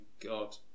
god